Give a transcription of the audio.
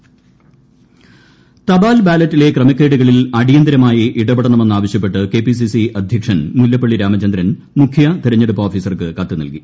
തപാൽ ബാലറ്റ് ക്രമക്കേട് ബാലറ്റിലെ ക്രമക്കേടുകളിൽ അടിയന്തരമായി തപാൽ ഇടപെടണമെന്ന് ആവശ്യപ്പെട്ട് കെപിസിസി അധ്യക്ഷൻ മുല്ലപ്പള്ളി രാമചന്ദ്രൻ മുഖ്യതെരഞ്ഞെടുപ്പ് ഓഫീസർക്ക് കത്തുനൽകി